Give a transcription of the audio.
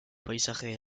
paisajes